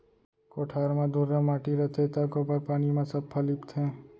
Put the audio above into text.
कोठार म धुर्रा माटी रथे त गोबर पानी म सफ्फा लीपथें